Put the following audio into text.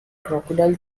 crocodile